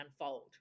unfold